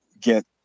get